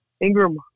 Ingram